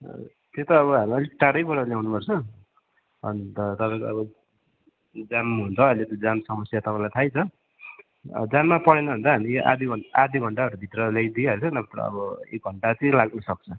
त्यो त अब हामीलाई अलिक टाढैबाट ल्याउनुपर्छ अन्त तपाईँको अब जाम हुन्छ अहिले त जाम समस्या छ तपाईँलाई थाहै छ अब जाममा परेन भने त हामी आधा आधा घण्टाभित्र ल्याइदिइ हाल्छ नत्र अब एक घण्टा चाहिँ लाग्न सक्छ